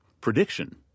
Prediction